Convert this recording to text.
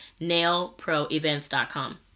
Nailproevents.com